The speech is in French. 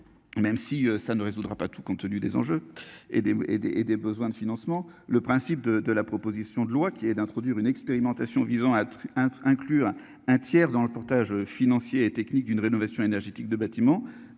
Même si ça ne résoudra pas tout, compte tenu des enjeux et des et, des et des besoins de financement. Le principe de, de la proposition de loi qui est d'introduire une expérimentation visant à inclure un tiers dans le portage financier et technique d'une rénovation énergétique de bâtiments